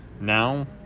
now